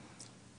אמירות.